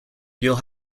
you’ll